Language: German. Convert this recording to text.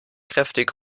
kräftig